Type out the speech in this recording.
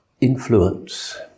influence